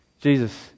Jesus